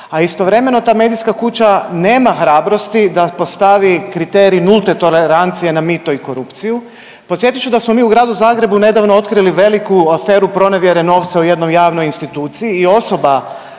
a istovremeno ta medijska kuća nema hrabrosti da postavi kriterij nulte tolerancije na mito i korupciju. Podsjetit ću da smo mi u gradu Zagrebu nedavno otkrili veliku aferu pronevjere novca u jednoj javnoj instituciji i osoba